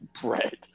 bread